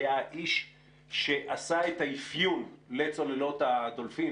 היה האיש שעשה את האפיון לצוללות הדולפין,